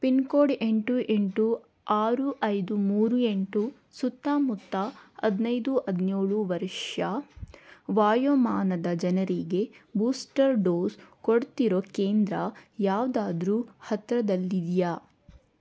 pin code ಎಂಟು ಎಂಟು ಆರು ಐದು ಮೂರು ಎಂಟು ಸುತ್ತಮುತ್ತ ಹದಿನೈದು ಹದಿನೇಳು ವರ್ಷ ವಯೋಮಾನದ ಜನರಿಗೆ ಬೂಸ್ಟರ್ ಡೋಸ್ ಕೊಡ್ತಿರೊ ಕೇಂದ್ರ ಯಾವುದಾದ್ರೂ ಹತ್ತಿರದಲ್ಲಿದ್ಯಾ